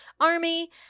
Army